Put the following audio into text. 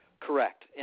Correct